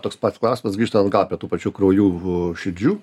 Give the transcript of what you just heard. toks pat klausimas grįžtant atgal tų pačių kraujų širdžių